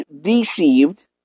deceived